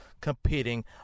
competing